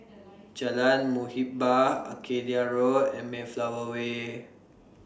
Jalan Muhibbah Arcadia Road and Mayflower Way